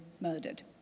murdered